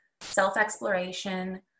self-exploration